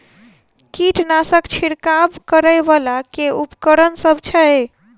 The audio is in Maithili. कीटनासक छिरकाब करै वला केँ उपकरण सब छै?